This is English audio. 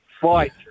fight